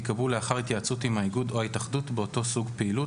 ייקבעו לאחר התייעצות עם האיגוד או ההתאחדות באותו סוג פעילות,